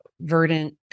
Verdant